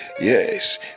Yes